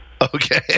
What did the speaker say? Okay